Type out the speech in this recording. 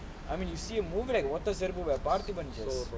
I mean you see a movie like otha serupu where paarthiban